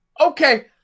Okay